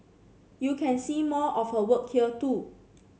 you can see more of her work here too